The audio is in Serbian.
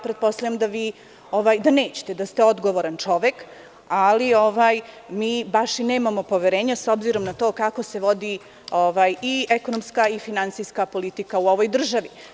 Pretpostavljam da nećete, da ste odgovoran čovek, ali mi baš i nemamo poverenja, s obzirom na to kako se vodi i ekonomska i finansijska politika u ovoj državi.